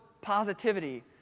positivity